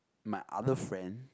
my other friend